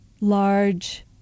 large